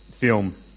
film